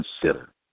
consider